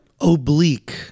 oblique